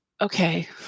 Okay